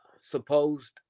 supposed